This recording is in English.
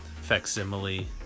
facsimile